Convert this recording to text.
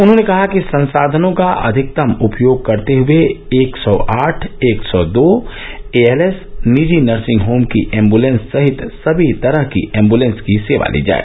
उन्होंने कहा कि संसाधनों का अधिकतम उपयोग करते हुए एक सौ आठ एक सौ दो एएलएस निजी नर्सिंग होम की एम्बुलेंस सहित सभी तरह की एम्बुलेंस की सेवा ली जाए